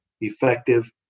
effective